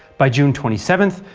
by june twenty seven,